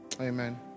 amen